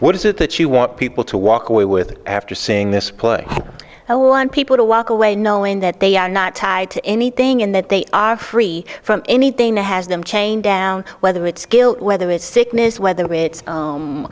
what is it that you want people to walk away with after seeing this play allowing people to walk away knowing that they are not tied to anything and that they are free from anything to has them chained down whether it's guilt whether it's sickness whether it's